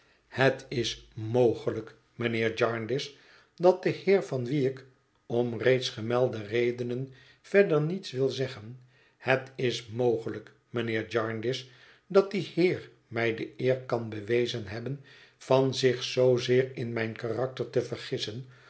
het is mogelijk mijnheer jarndyce dat de heer van wien ik om reeds gemelde redenen verder niets wil zeggen het is mogelijk mijnheer jarndyce dat die heer mij de eer kan bewezen hebben van zich zoozeer in mijn karakter te vergissen